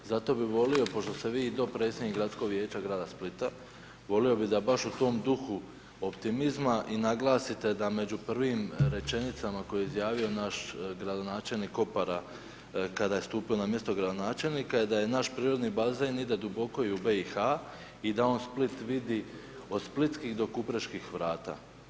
Zato bi volio, pošto ste vi i dopredsjednik Gradskog vijeća grada Splita, volio bih da baš u tom duhu optimizma i naglasite da među prvim rečenicama koje je izjavio naš gradonačelnik Opara kada je stupio na mjesto gradonačelnika da je naš prirodni bazen ide duboku i u BiH i da on Split vidi od splitskih do kupreških vrata.